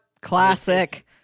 classic